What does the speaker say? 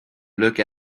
look